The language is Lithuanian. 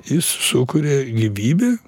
jis sukuria gyvybę